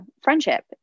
Friendship